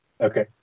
Okay